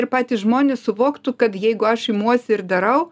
ir patys žmonės suvoktų kad jeigu aš imuosi ir darau